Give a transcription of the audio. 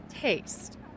taste